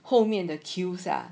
后面的 queue sia